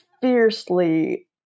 fiercely